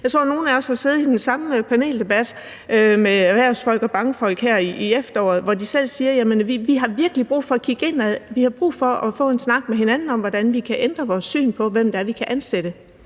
Jeg tror, at nogle af os har siddet i den samme paneldebat med erhvervsfolk og bankfolk her i efteråret, hvor de selv siger, at de virkelig har brug for at kigge indad, har brug for at få en snak med hinanden om, hvordan vi kan ændre vores syn på, hvem vi kan ansætte.